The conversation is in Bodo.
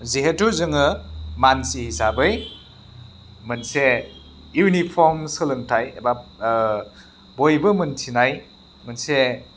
जिहेथु जोङो मानसि हिसाबै मोनसे इउनिफर्म सोलोंथाइ एबा बयबो मोन्थिनाय मोनसे